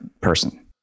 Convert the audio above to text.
person